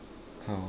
how